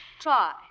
Try